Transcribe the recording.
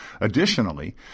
Additionally